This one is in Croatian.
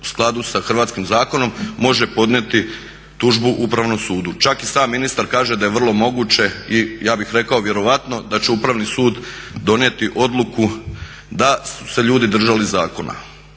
u skladu sa hrvatskim zakonom može podnijeti tužbu Upravnom sudu. Čak i sam ministar kaže da je vrlo moguće i ja bih rekao vjerojatno da će Upravni sud donijeti odluku da su se ljudi držali zakona.